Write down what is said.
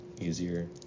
easier